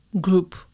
group